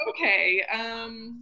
Okay